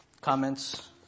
Comments